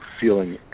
feeling